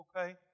Okay